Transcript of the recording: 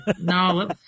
no